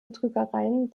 betrügereien